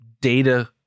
data